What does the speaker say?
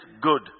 good